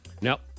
nope